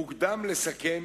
מוקדם לסכם